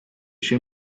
się